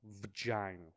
Vagina